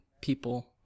people